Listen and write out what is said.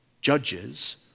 Judges